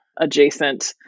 adjacent